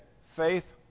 Faith